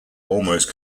almost